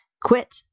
quit